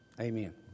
Amen